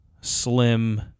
slim